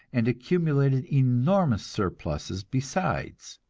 and accumulated enormous surpluses besides.